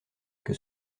que